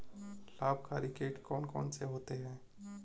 लाभकारी कीट कौन कौन से होते हैं?